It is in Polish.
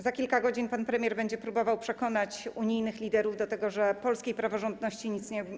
Za kilka godzin pan premier będzie próbował przekonać unijnych liderów do tego, że polskiej praworządności nic nie grozi.